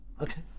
Okay